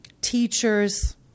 teachers